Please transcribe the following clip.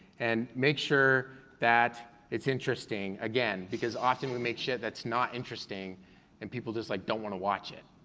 and make sure that it's interesting, again, because often we make shit that's not interesting and people just like don't wanna watch it.